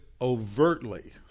overtly